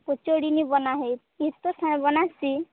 ପୋଚଡ଼ିନି ବନା ହେଇଚି କିଛ୍ ତ ଖାଇ ବନାସି